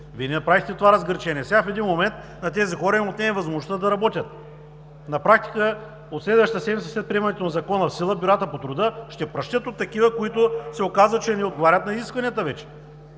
Вие не направихте това разграничение. Сега, в един момент, на тези хора им отнемаме възможността да работят. На практика от следващата седмица след приемането на Закона в сила, бюрата по труда ще пращят от такива, които се оказва, че не отговарят на изискванията вече.